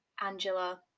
Angela